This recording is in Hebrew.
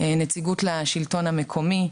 נציגות לשלטון המקומי,